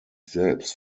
selbst